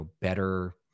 better